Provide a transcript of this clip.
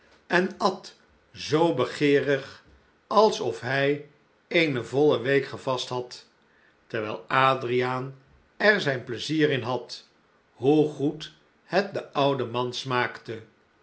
en at zoo begeerig als of hij eene volle week gevast had terwijl adriaan er zijn pleizier in had hoe goed het den ouden man smaakte